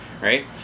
right